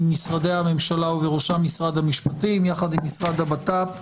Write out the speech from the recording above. ממשרדי הממשלה ובראשם ממשרד המשפטים יחד עם המשרד לביטחון פנים,